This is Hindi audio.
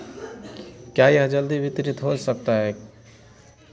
क्या यह जल्दी वितरित हो सकता है